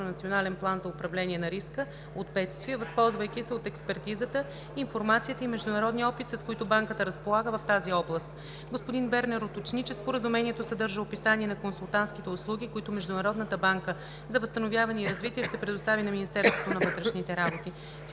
Национален план за управление на риска от бедствия, възползвайки се от експертизата, информацията и международния опит, с които Банката разполага в тази област. Господин Бернер уточни, че Споразумението съдържа описание на консултантските услуги, които Международната банка за възстановяване и развитие ще предостави на Министерството на вътрешните работи.